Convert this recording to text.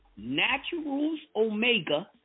Naturalsomega